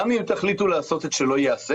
גם אם תחליטו לעשות את שלא ייעשה